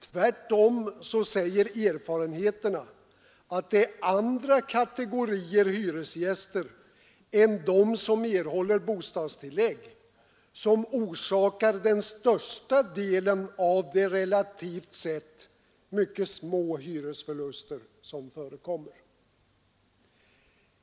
Tvärtom säger erfarenheterna att det är andra kategorier hyresgäster än de som erhåller bostadstillägg som förorsakar den största delen av de relativt sett mycket små hyresförluster som förekommer.